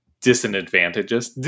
disadvantages